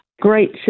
great